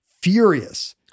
furious